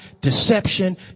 deception